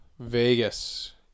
Vegas